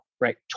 right